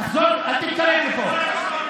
תחזור, אל תתקרב לפה.